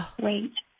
Wait